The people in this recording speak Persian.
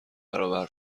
برابر